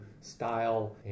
style